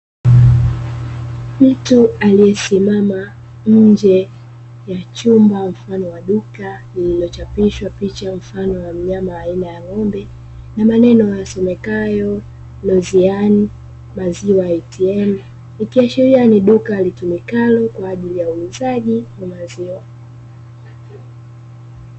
Mtu aliyesimama nje ya chumba mfano wa duka, lililochapishwa picha mfano aina ya mnyama ng'ombe na maneno yasomekayo "MAZIANI MAZIWA ATM", likiashiria ni duka litumikalo kwa ajili ya uuzaji wa maziwa.